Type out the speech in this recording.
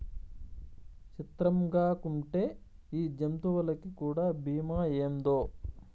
సిత్రంగాకుంటే ఈ జంతులకీ కూడా బీమా ఏందో